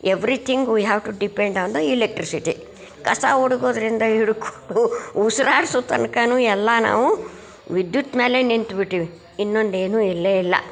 everything we have to depend on the electricity ಕಸ ಹುಡ್ಕೋದ್ರಿಂದ ಹಿಡ್ಕೊಂಡು ಉಸಿರಾಡ್ಸೋ ತನಕನೂ ಎಲ್ಲ ನಾವು ವಿದ್ಯುತ್ ಮೇಲೆ ನಿಂತುಬಿಟ್ಟಿವಿ ಇನ್ನೊಂದೇನು ಇಲ್ಲೇ ಇಲ್ಲ